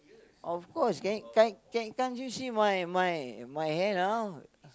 of course can can't can can't you see my my my hair now